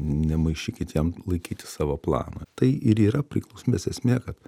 nemaišykit jam laikytis savo plano tai ir yra priklausomybės esmė kad